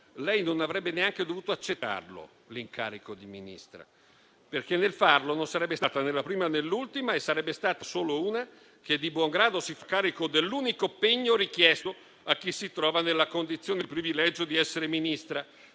lei non avrebbe neanche dovuto accettare l'incarico, perché nel farlo non sarebbe stata né la prima, né l'ultima e sarebbe stata solo una che di buon grado si fa carico dell'unico pegno richiesto a chi si trova nella condizione di privilegio di essere Ministra,